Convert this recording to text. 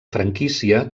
franquícia